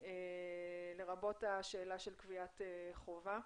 לרבות השאלה של קביעת חובה,